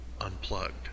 Unplugged